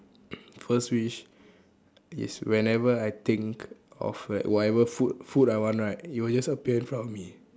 first wish is whenever I think of like whatever food food I want right it will just appear in front of me